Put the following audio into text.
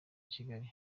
kigali